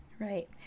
Right